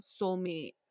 soulmate